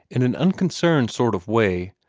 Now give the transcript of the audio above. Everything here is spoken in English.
in an unconcerned sort of way,